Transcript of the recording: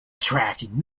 tracking